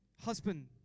Husband